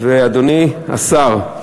ואדוני השר,